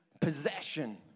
possession